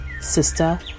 Sister